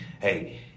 hey